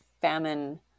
famine